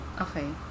Okay